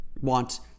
want